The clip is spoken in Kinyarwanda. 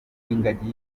ingagi